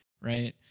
right